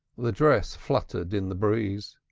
the dress fluttered in the breeze.